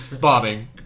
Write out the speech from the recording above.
Bombing